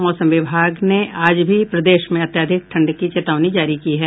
मौसम विभाग ने आज भी प्रदेश में अत्यधिक ठंड की चेतावनी जारी की है